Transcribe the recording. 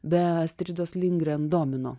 be astridos lingren domino